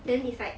then is like